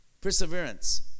perseverance